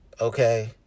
okay